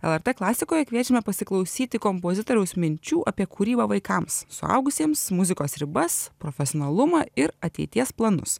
lrt klasikoj kviečiame pasiklausyti kompozitoriaus minčių apie kūrybą vaikams suaugusiems muzikos ribas profesionalumą ir ateities planus